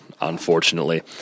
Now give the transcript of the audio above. unfortunately